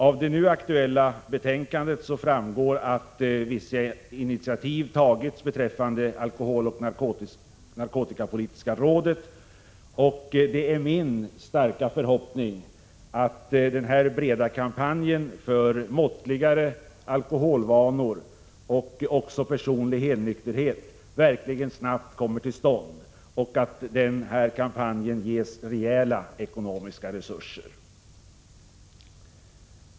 Av det nu aktuella betänkandet framgår att vissa initiativ tagits beträffande alkoholoch narkotikapolitiska rådet, och det är min starka förhoppning att den breda kampanjen för måttligare alkoholvanor och också personlig helnykterhet verkligen snabbt kommer till stånd och att kampanjen ges rejäla ekonomiska resurser.